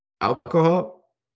Alcohol